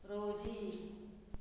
रोजी